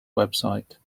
website